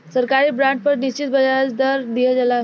सरकारी बॉन्ड पर निश्चित ब्याज दर दीहल जाला